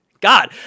God